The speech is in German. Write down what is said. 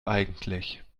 eigentlich